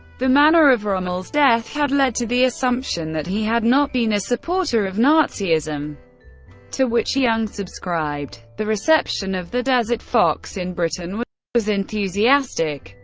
the manner of rommel's death had led to the assumption that he had not been a supporter of nazism, to which young subscribed. the reception of the desert fox in britain was enthusiastic,